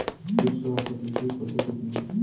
সুসংহত কৃষি পদ্ধতি কি?